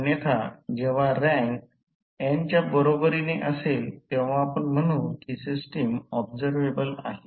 अन्यथा जेव्हा rank n च्या बरोबरीने असेल तेव्हा आपण म्हणू की सिस्टम ऑब्झरवेबल आहे